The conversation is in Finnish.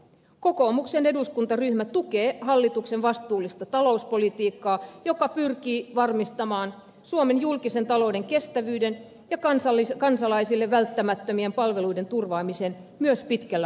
kokoomuksen eduskuntaryhmä tukee hallituksen vastuullista talouspolitiikkaa joka pyrkii varmistamaan suomen julkisen talouden kestävyyden ja kansalaisille välttämättömien palveluiden turvaamisen myös pitkällä